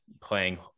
playing